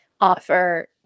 offer